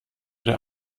der